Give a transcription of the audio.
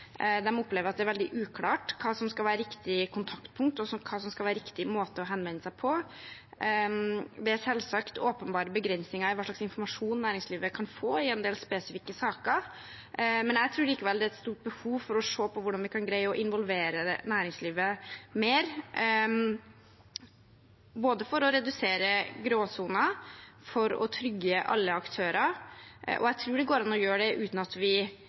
opplever at det er veldig uklart hva som skal være riktig kontaktpunkt, og hva som skal være riktig måte å henvende seg på. Det er selvsagt åpenbare begrensninger i hva slags informasjon næringslivet kan få i en del spesifikke saker, men jeg tror likevel det er et stort behov for å se på hvordan vi kan greie å involvere næringslivet mer, både for å redusere gråsoner og for å trygge alle aktører. Jeg tror at det går an å gjøre det uten at vi